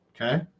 okay